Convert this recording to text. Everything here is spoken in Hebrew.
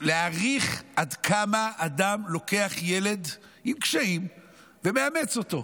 להעריך עד כמה, אדם לוקח ילד עם קשיים ומאמץ אותו.